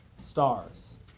Stars